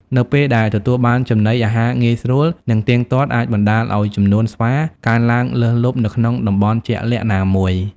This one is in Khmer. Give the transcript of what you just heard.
នៅពេលដែលទទួលបានចំណីអាហារងាយស្រួល និងទៀងទាត់អាចបណ្ដាលឱ្យចំនួនស្វាកើនឡើងលើសលប់នៅក្នុងតំបន់ជាក់លាក់ណាមួយ។